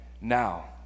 now